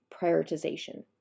prioritization